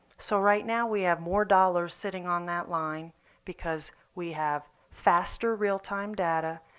so right now we have more dollars sitting on that line because we have faster real-time data,